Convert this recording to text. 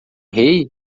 rei